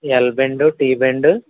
L bend T bend